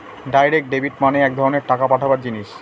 direct debit মানে এক ধরনের টাকা পাঠাবার জিনিস